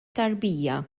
tarbija